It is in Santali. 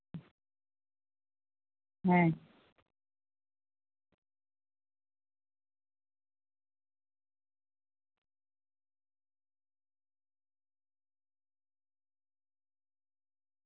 ᱦᱮᱸ